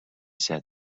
said